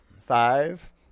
Five